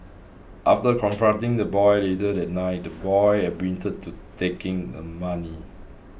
after confronting the boy later that night the boy admitted to taking the money